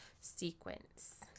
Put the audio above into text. sequence